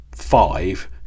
five